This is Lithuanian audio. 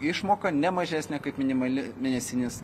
išmoka ne mažesnė kaip minimali mėnesinis